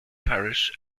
paris